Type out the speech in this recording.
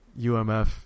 UMF